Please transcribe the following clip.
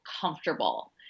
comfortable